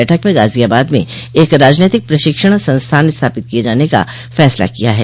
बैठक में गाजियाबाद में एक राजनैतिक प्रशिक्षण संस्थान स्थापित किये जाने का फैसला किया है